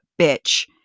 bitch